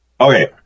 Okay